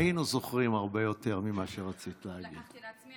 היינו זוכרים הרבה יותר ממה שרצית להגיד.